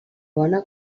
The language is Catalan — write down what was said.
bona